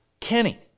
Kenny